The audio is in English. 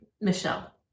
Michelle